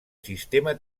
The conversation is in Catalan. sistema